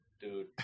Dude